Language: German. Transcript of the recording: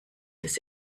des